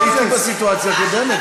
אני לא הייתי בסיטואציה הקודמת.